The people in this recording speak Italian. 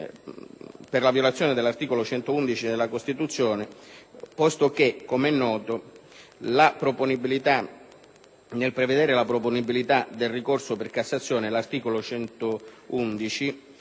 per la violazione dell'articolo 111 della Costituzione, posto che, com'è noto, nel prevedere la proponibilità del ricorso per Cassazione avverso